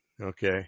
okay